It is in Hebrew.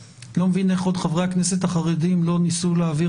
אני לא מבין איך חברי הכנסת החרדים לא ניסו להעביר